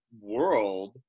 world